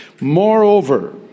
Moreover